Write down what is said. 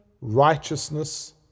righteousness